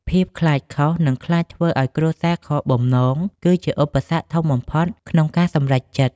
ការខ្លាចខុស និងខ្លាចធ្វើឱ្យគ្រួសារខកបំណង គឺជាឧបសគ្គធំបំផុតក្នុងការសម្រេចចិត្ត។